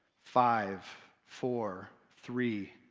five, four, three,